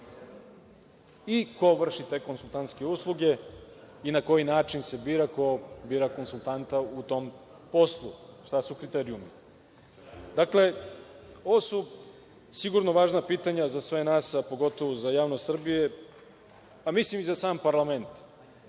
i ko vrši te konsultantske usluge, kao i na koji način se bira ko bira konsultanta u tom poslu, šta su kriterijumi? Ovo su sigurno važna pitanja za sve nas, a pogotovo za javnost Srbije, pa i za sam parlament.